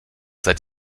seid